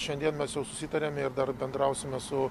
šiandien mes jau susitarėm ir dar bendrausime su